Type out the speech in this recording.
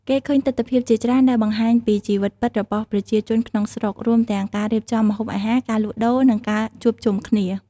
គេឃើញទិដ្ឋភាពជាច្រើនដែលបង្ហាញពីជីវិតពិតរបស់ប្រជាជនក្នុងស្រុក រួមទាំងការរៀបចំម្ហូបអាហារ ការលក់ដូរ និងការជួបជុំគ្នា។